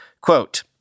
Quote